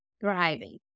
Thriving